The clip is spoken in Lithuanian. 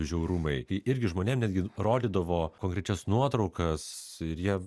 žiaurumai kai irgi žmonėms netgi rodydavo konkrečias nuotraukas ir jie